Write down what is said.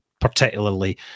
particularly